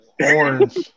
Orange